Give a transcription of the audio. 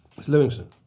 ms. livingston.